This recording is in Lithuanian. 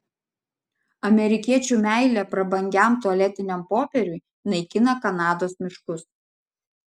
amerikiečių meilė prabangiam tualetiniam popieriui naikina kanados miškus